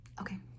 Okay